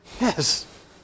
Yes